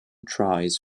tries